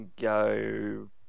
go